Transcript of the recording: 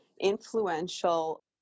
influential